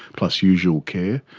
plus usual care,